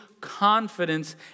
confidence